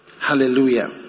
Hallelujah